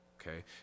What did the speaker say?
Okay